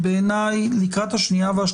אין בעיני ממש שום זכות קנויה בשלב